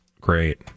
great